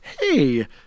Hey